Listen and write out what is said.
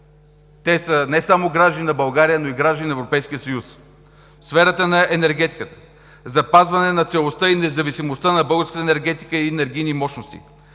Те са не само граждани на България, но и граждани на Европейския съюз. В сферата на енергетиката. Запазване на целостта и независимостта на българската енергетика и на енергийни мощности.